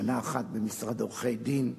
שנה אחת במשרד עורכי-דין.